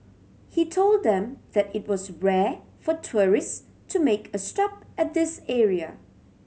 he told them that it was rare for tourist to make a stop at this area